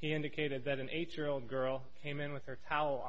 he indicated that an eight year old girl came in with her towel